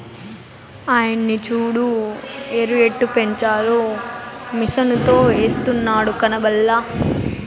ఆయన్ని సూడు ఎరుయెట్టపెంచారో మిసనుతో ఎస్తున్నాడు కనబల్లా